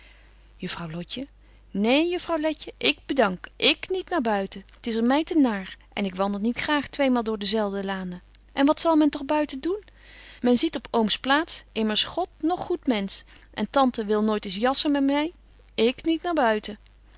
juffrouw lotje neen juffrouw letje ik bedank ik niet naar buiten t is er my te naar en ik wandel niet graag twéémaal door dezelfbetje wolff en aagje deken historie van mejuffrouw sara burgerhart de lanen en wat zal men toch buiten doen men ziet op ooms plaats immers god noch goed mensch en tante wil nooit eens jassen met my ik niet naar buiten